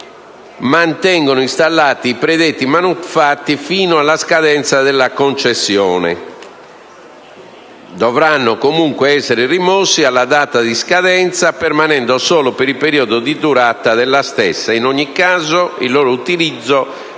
(…), mantengono installati i predetti manufatti fino alla scadenza della concessione. Dovranno comunque essere rimossi alla data di scadenza, permanendo solo per il periodo di durata della stessa e in ogni caso il loro utilizzo deve essere